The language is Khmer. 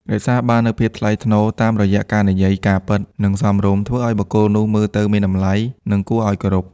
រក្សាបាននូវភាពថ្លៃថ្នូរ តាមរយះការនិយាយការពិត និងសមរម្យ ធ្វើឱ្យបុគ្គលនោះមើលទៅមានតម្លៃ និងគួរឱ្យគោរព។